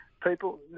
People